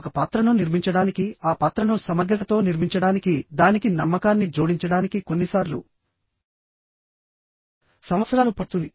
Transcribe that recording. ఒక పాత్రను నిర్మించడానికిఆ పాత్రను సమగ్రతతో నిర్మించడానికి దానికి నమ్మకాన్ని జోడించడానికి కొన్నిసార్లు సంవత్సరాలు పడుతుంది